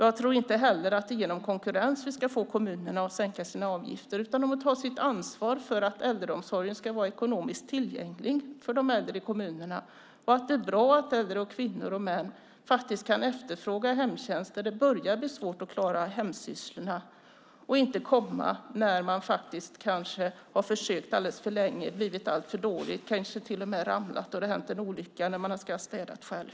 Jag tror inte heller att det är genom konkurrens vi ska få kommunerna att sänka sina avgifter, utan de må ta sitt ansvar för att äldreomsorgen ska vara ekonomiskt tillgänglig för de äldre i kommunerna. Det är bra att äldre, kvinnor och män, kan efterfråga hemtjänst när det börjar bli svårt att klara hemsysslorna och att den inte kommer först när man har försökt alldeles för länge, blivit alltför dålig och kanske till och med råkat ut för en olycka, till exempel ramlat när man städat själv.